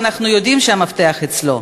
ואנחנו יודעים שהמפתח אצלו: